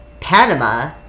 Panama